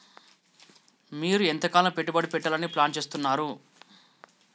మీరు ఎంతకాలం పెట్టుబడి పెట్టాలని ప్లాన్ చేస్తున్నారు?